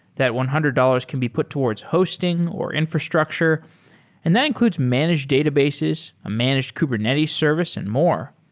that one hundred dollars can be put towards hosting or infrastructure and that includes managed databases, a managed kubernetes service and more.